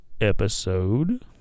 episode